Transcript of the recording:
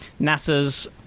NASA's